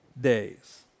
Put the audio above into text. days